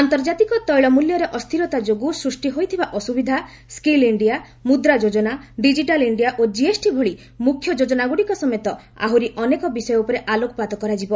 ଆନ୍ତର୍ଜାତିକ ତୈଳ ମୂଲ୍ୟରେ ଅସ୍ଥିରତା ଯୋଗୁଁ ସୃଷ୍ଟି ହୋଇଥିବା ଅସୁବିଧା ସ୍କିଲ୍ ଇଣ୍ଡିଆ ମୁଦ୍ରା ଯୋଜନା ଡିଜିଟାଲ୍ ଇଷ୍ଠିଆ ଓ ଜିଏସ୍ଟି ଭଳି ମୁଖ୍ୟ ଯୋଜନାଗୁଡ଼ିକ ସମେତ ଆହୁରି ଅନେକ ବିଷୟ ଉପରେ ଆଲୋକପାତ କରାଯିବ